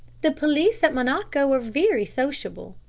the police at monaco are very sociable.